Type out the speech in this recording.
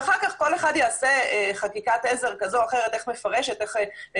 ואחר כך כל אחד יעשה חקיקת עזר כזו או אחרת איך לפרש הרבה